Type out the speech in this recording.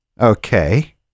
Okay